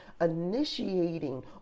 initiating